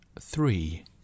three